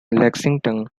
lexington